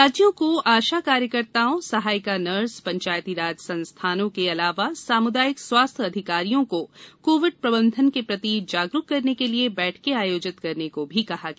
राज्यों को आशा कार्यकर्ताओं सहायिका नर्स पंचायती राज संस्थानों के अलावा सामुदायिक स्वास्थ्य अधिकारियों को कोविड प्रंबंधन के प्रति जागरूक करने के लिए बैठकें आयोजित करने को कहा गया